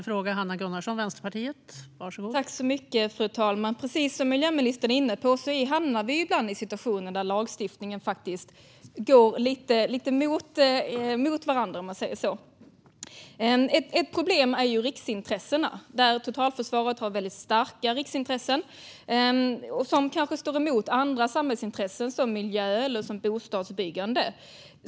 Fru talman! Precis som miljöministern är inne på hamnar vi ibland i situationer där lagstiftningar går lite mot varandra. Ett problem är riksintressena. Totalförsvaret har väldigt starka riksintressen som kanske står mot andra samhällsintressen som miljö eller bostadsbyggande.